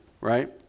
right